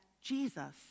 Jesus